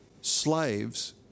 slaves